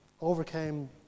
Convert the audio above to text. overcame